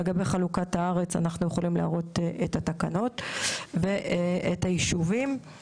לגבי חלוקת הארץ אנחנו יכולים להראות את התקנות ואת הישובים.